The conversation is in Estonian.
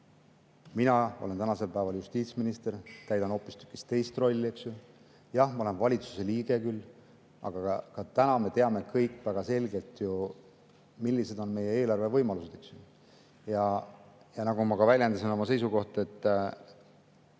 Mina olen tänasel päeval justiitsminister, täidan hoopistükkis teist rolli. Jah, ma olen küll valitsuse liige, aga me kõik teame väga selgelt, millised on meie eelarve võimalused. Ja nagu ma väljendasin oma seisukohta –